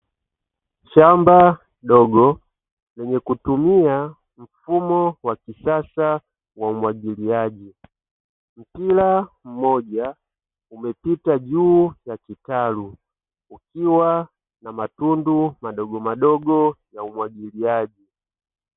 Shamba dogo lenye kutumia mfumo wa kisasa wa umwagiliaji, mpira mmoja umepita juu ya kitalu uikiwa na matundu madogo madogo ya umwagiliaji.